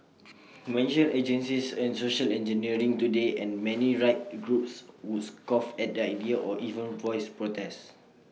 mention eugenics and social engineering today and many rights groups would scoff at the idea or even voice protest